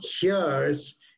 hears